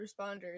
responders